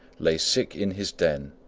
lay sick in his den,